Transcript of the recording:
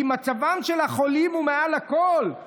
כי מצבם של החולים הוא מעל הכול,